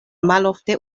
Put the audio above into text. malofte